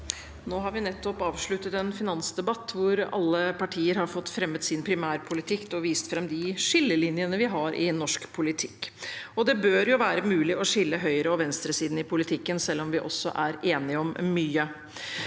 Vi har nettopp avslut- tet en finansdebatt, hvor alle partier har fått fremmet sin primærpolitikk og fått vist frem de skillelinjene vi har i norsk politikk. Det bør jo være mulig å skille høyresiden og venstresiden i politikken selv om vi er enige om mye.